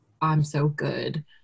I'm-so-good